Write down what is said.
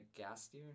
Gastier